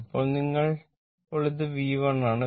ഇപ്പോൾ ഇത് V1 ആണ്